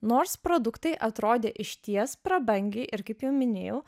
nors produktai atrodė išties prabangiai ir kaip jau minėjau